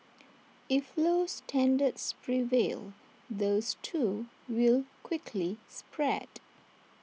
if low standards prevail those too will quickly spread